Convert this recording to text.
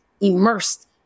immersed